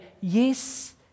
yes